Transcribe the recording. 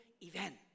event